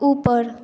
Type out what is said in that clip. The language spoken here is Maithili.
ऊपर